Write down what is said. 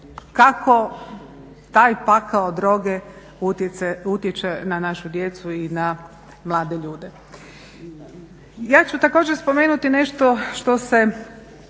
kako taj pakao droge utječe na našu djecu i na mlade ljude. Ja ću također spomenuti nešto što se